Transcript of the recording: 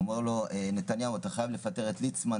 הוא אמר לו "..נתניהו אתה חייב לפטר את ליצמן,